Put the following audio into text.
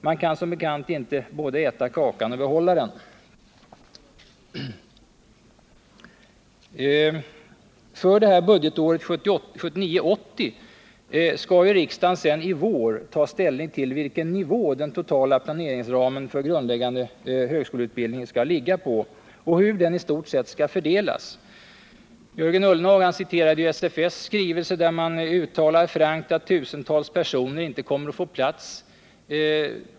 Man kan som bekant inte både äta kakan och behålla den.” För budgetåret 1979/80 skall riksdagen i vår ta ställning till vilken nivå den totala planeringsramen för grundläggande högskoleutbildning skall ligga på och hur den i stort skall fördelas. Jörgen Ullenhag citerade SFS skrivelse, där det frankt uttalas att tusentals personer inte kommer att få plats.